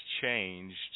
changed